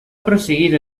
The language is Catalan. prosseguir